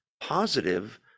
Positive